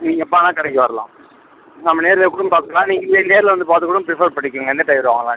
நீங்கள் எப்போ வேணுனா கடைக்கு வரலாம் நம்ம நேர்லேயே கூட பார்த்துக்கலாம் நீங்கள் நே நேரில் வந்து பார்த்து கூட ப்ரிஃபர் பண்ணிக்குங்க என்ன டயர் வாங்கலாம்ன்ட்டு